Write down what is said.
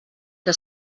que